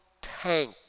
tank